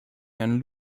herrn